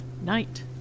Night